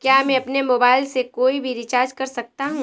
क्या मैं अपने मोबाइल से कोई भी रिचार्ज कर सकता हूँ?